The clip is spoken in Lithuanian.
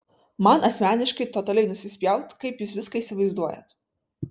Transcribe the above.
man asmeniškai totaliai nusispjaut kaip jūs viską įsivaizduojat